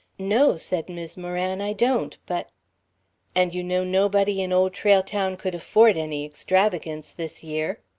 no, said mis' moran, i don't. but and you know nobody in old trail town could afford any extravagance this year?